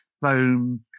foam